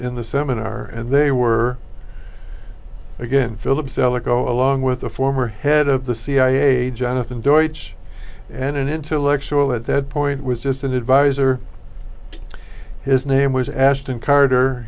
in the seminar and they were again philip zelikow along with the former head of the cia jonathan deutsch and an intellectual at that point was just an advisor his name was ashton carter